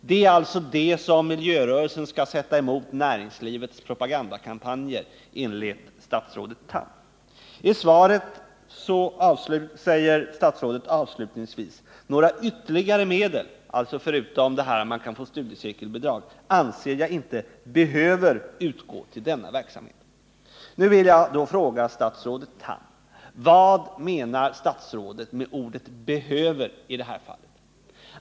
Det är alltså det som miljörörelser skall sätta emot näringslivets propagandakampanjer, enligt statsrådet Tham. I svaret säger statsrådet avslutningsvis: ”Några ytterligare medel” — alltså förutom studiecirkelbidragen — ”anser jag inte behöver utgå till denna verksamhet.” Då vill jag fråga: Vad menar statsrådet Tham med ordet ”behöver” i det här fallet?